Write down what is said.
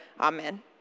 Amen